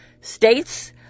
states